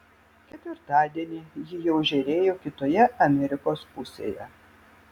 ketvirtadienį ji jau žėrėjo kitoje amerikos pusėje